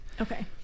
Okay